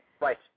Right